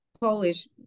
polish